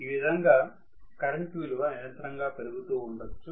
ఈ విధంగా కరెంట్ విలువ నిరంతరంగా పెరుగుతూ ఉండొచ్చు